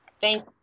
thanks